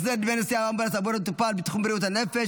החזר על דמי נסיעות באמבולנס עבור מטופל בתחום בריאות הנפש),